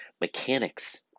mechanics